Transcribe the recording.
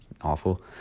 awful